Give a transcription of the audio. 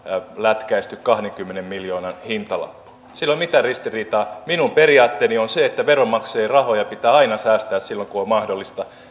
lätkäisty kahdenkymmenen miljoonan hintalappu siinä ei ole mitään ristiriitaa minun periaatteeni on se että veronmaksajien rahoja pitää aina säästää silloin kun on mahdollista